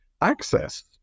access